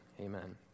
amen